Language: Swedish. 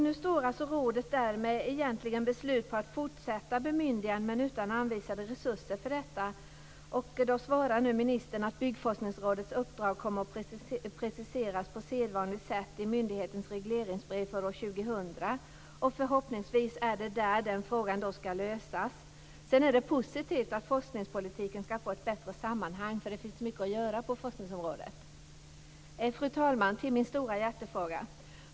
Nu står rådet egentligen där med beslut på att fortsätta bemyndiganden men utan anvisade resurser för detta. Nu svarar ministern att Byggforskningsrådets uppdrag kommer att preciseras på sedvanligt sätt i myndighetens regleringsbrev för år 2000. Förhoppningsvis är det där den frågan skall lösas. Sedan vill jag säga att det är positivt att forskningspolitiken skall få ett bättre sammanhang, för det finns mycket att göra på forskningsområdet. Fru talman! Så går jag över till min stora hjärtefråga.